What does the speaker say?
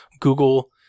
Google